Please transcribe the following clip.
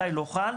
מתי לא חל,